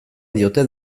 diote